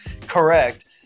correct